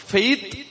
Faith